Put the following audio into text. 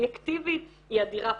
הסובייקטיבית היא אדירה פה,